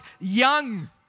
young